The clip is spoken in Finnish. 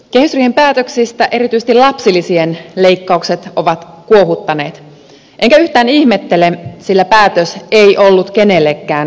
kehysriihen päätöksistä erityisesti lapsilisien leikkaukset ovat kuohuttaneet enkä yhtään ihmettele sillä päätös ei ollut kenellekään helppo